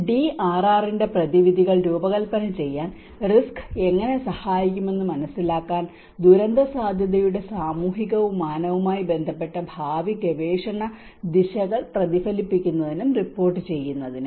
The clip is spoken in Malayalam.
DRR ന്റെ പ്രതിവിധികൾ രൂപകൽപന ചെയ്യാൻ റിസ്ക് എങ്ങനെ സഹായിക്കുമെന്ന് മനസിലാക്കാൻ ദുരന്തസാധ്യതയുടെ സാമൂഹിക മാനവുമായി ബന്ധപ്പെട്ട ഭാവി ഗവേഷണ ദിശകൾ പ്രതിഫലിപ്പിക്കുന്നതിനും റിപ്പോർട്ടുചെയ്യുന്നതിനും